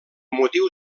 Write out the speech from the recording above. motiu